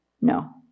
No